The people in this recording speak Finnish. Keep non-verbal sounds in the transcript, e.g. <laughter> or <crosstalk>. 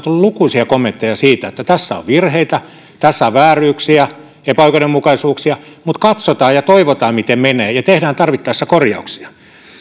<unintelligible> tullut lukuisia kommentteja siitä että tässä on virheitä tässä on vääryyksiä ja epäoikeudenmukaisuuksia mutta katsotaan ja toivotaan miten menee ja tehdään tarvittaessa korjauksia